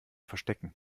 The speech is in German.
verstecken